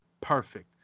Perfect